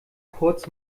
kurz